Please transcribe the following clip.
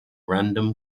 random